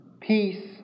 peace